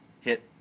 hit